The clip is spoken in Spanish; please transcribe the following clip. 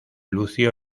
lucio